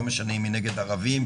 לא משנה אם היא נגד ערבים,